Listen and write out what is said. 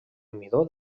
midó